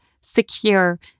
secure